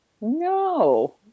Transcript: No